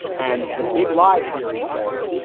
and the big lie theory says,